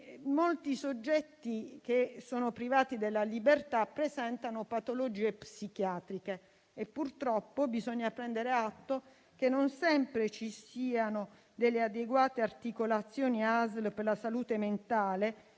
Molti soggetti che sono privati della libertà presentano patologie psichiatriche e purtroppo bisogna prendere atto che non sempre ci sono delle adeguate articolazioni ASL per la salute mentale.